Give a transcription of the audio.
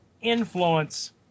influence